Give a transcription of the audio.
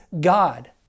God